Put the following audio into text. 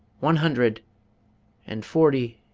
one hundred and forty